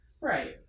Right